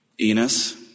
Enos